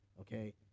okay